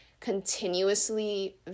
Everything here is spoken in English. continuously